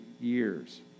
years